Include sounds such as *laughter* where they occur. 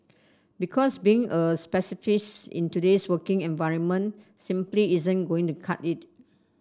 because being a *unintelligible* pacifist in today's working environment simply isn't going to cut it